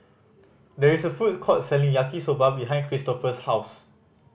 there is a food court selling Yaki Soba behind Cristofer's house